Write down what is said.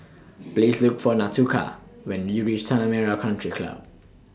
Please Look For Nautica when YOU REACH Tanah Merah Country Club